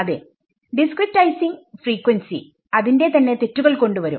അതേഡിസ്ക്രിടൈസിങ് ഫ്രീക്വൻസിഅതിന്റെ തന്നെ തെറ്റുകൾ കൊണ്ട് വരും